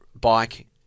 bike